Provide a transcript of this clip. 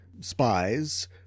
spies